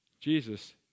Jesus